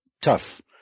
tough